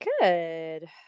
Good